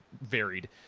varied